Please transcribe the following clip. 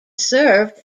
served